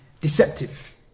deceptive